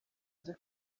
aza